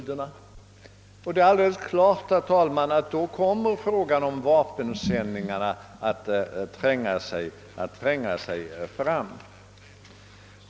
Det är alldeles klart, herr talman, att frågan om vapensändningarna då kommer att tränga sig fram.